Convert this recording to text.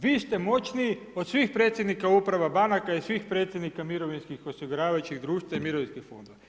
Vi ste moćniji od svih predsjednika uprava, banaka i svih predsjednika mirovinskih, osiguravajućih društva i mirovinskih fondova.